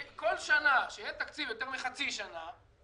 כי כל שנה שאין תקציב יותר מחצי שנה,